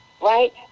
Right